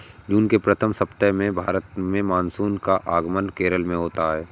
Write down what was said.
जून के प्रथम सप्ताह में भारत में मानसून का आगमन केरल में होता है